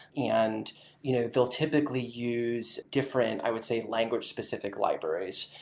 and you know they'll typically use different, i would say, language-specific libraries.